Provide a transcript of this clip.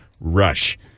Rush